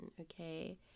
okay